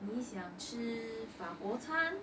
你想吃法国餐